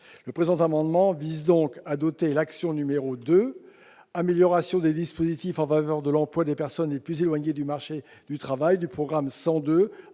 Le présent amendement a donc pour objet de doter l'action n° 02 Amélioration des dispositifs en faveur de l'emploi des personnes les plus éloignées du marché du travail du programme 102